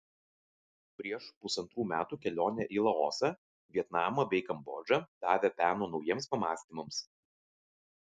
prieš pusantrų metų kelionė į laosą vietnamą bei kambodžą davė peno naujiems pamąstymams